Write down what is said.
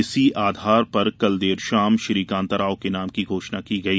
इसी आधार पर कल देर शाम श्री कांताराव के नाम की घोषणा की गई